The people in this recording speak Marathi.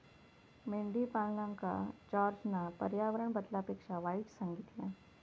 मेंढीपालनका जॉर्जना पर्यावरण बदलापेक्षा वाईट सांगितल्यान